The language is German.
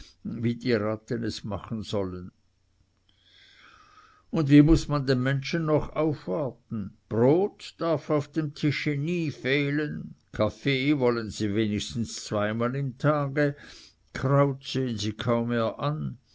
wie die ratten es machen sollen und wie muß man den menschen noch dazu aufwarten brot darf auf dem tische nie fehlen kaffee wollen sie wenigstens zweimal im tage kraut sehen sie kaum mehr an